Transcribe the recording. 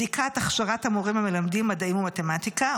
בדיקת הכשרת המורים המלמדים מדעים ומתמטיקה,